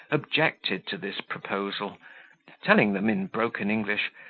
objected to this proposal telling them, in broken english,